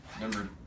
Number